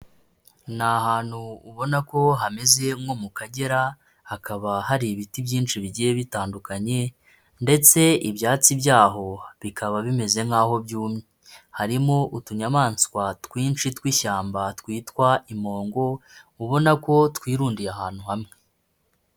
Ni ahantu ubona ko hameze nko mu Kagera, hakaba hari ibiti byinshi bigiye bitandukanye, ndetse ibyatsi byaho bikaba bimeze nk'aho byumye, harimo utunyamaswa twinshi tw'ishyamba, twitwa impongo, ubona ko twirundiye ahantu hamwe.